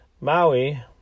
Maui